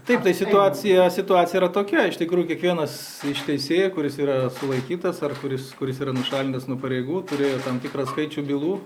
taip tai situacija situacija yra tokia iš tikrųjų kiekvienas iš teisėjų kuris yra sulaikytas ar kuris kuris yra nušalintas nuo pareigų turėjo tam tikrą skaičių bylų